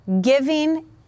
Giving